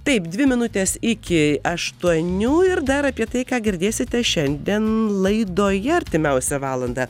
taip dvi minutes iki aštuonių ir dar apie tai ką girdėsite šiandien laidoje artimiausią valandą